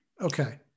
Okay